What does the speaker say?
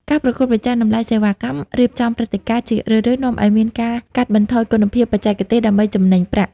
ការប្រកួតប្រជែងតម្លៃសេវាកម្មរៀបចំព្រឹត្តិការណ៍ ជារឿយៗនាំឱ្យមានការកាត់បន្ថយគុណភាពបច្ចេកទេសដើម្បីចំណេញប្រាក់។